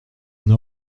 n’en